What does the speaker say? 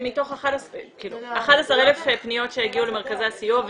מתוך 11,000 פניות שהגיעו למרכזי הסיוע.